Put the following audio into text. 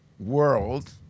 World